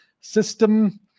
system